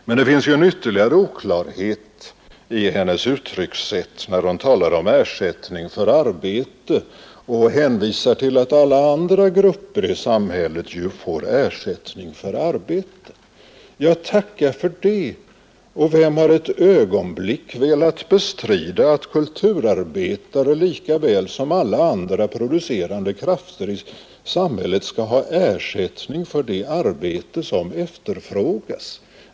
Men det finns ytterligare en oklarhet i hennes uttryckssätt när hon talar om ersättning för arbete och hänvisar till att alla andra grupper i samhället får ersättning för sitt arbete. Ja, tacka för det! Och vem har ett ögonblick velat bestrida att kulturarbetare, lika väl som alla andra producerande krafter i samhället, skall ha ersättning för det arbete som efterfrågas?